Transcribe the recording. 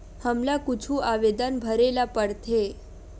हमला कुछु आवेदन भरेला पढ़थे?